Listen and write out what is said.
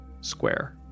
square